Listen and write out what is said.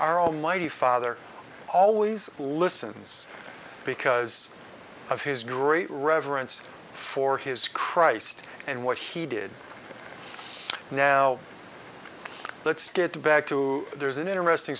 own mighty father always listens because of his great reverence for his christ and what he did now let's get back to there's an interesting